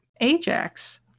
Ajax